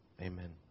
Amen